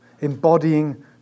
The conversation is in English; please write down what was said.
embodying